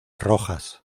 rojas